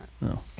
No